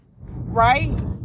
Right